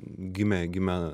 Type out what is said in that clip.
gimę gimę